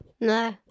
no